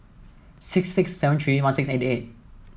six six seven three one six eight eight